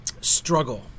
struggle